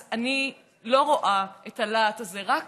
אני לא רואה את הלהט הזה, רק